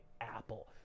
Apple